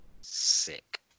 Sick